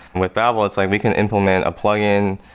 with babel, it's like we can implement a plugin,